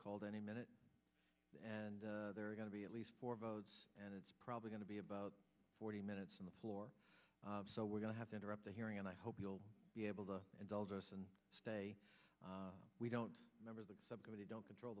called any minute and there are going to be at least four votes and it's probably going to be about forty minutes on the floor so we're going to have to interrupt the hearing and i hope you'll be able to indulge us and stay we don't remember the subcommittee don't control